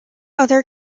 other